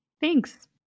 Thanks